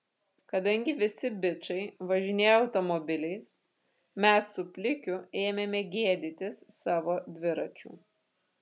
kadangi visi bičai važinėjo automobiliais mes su plikiu ėmėme gėdytis savo dviračių